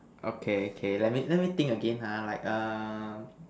okay K let me let me think again ha like err